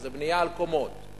שזה בנייה על קומות,